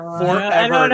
forever